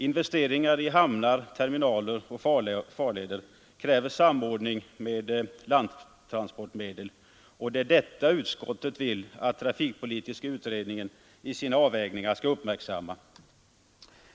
Investeringar i hamnar, terminaler och farleder kräver samordning med landtransportmedel, och detta vill utskottet att trafikpolitiska utredningen i sina avvägningar skall uppmärksamma.